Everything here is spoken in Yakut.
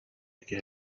киһи